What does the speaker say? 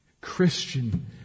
Christian